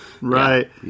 Right